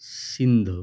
Sindh